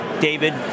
David